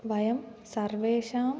वयं सर्वेषाम्